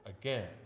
again